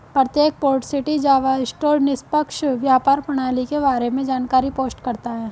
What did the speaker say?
प्रत्येक port city Java store निष्पक्ष व्यापार प्रणाली के बारे में जानकारी पोस्ट करता है